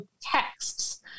texts